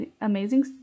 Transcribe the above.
amazing